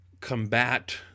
combat